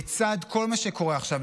לצד כל מה שקורה עכשיו,